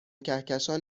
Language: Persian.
کهکشان